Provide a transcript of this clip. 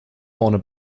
vorne